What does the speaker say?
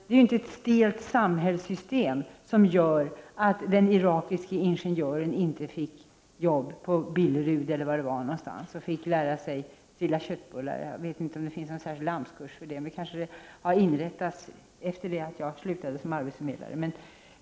Det är inte ett stelt samhällssystem som gjorde att den irakiske ingenjören inte fick jobb på Billerud utan fick lära sig att trilla köttbullar. Jag vet inte om det finns särskilda AMS-kurser för sådan utbildning, men den kan ju ha kommit till sedan jag slutade som arbetsförmedlare.